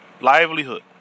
livelihood